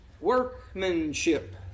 workmanship